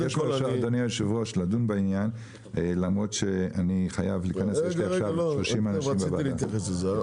אני מבקש לדון בעניין למרות שיש לי עכשיו 30 אנשים בוועדה שלי.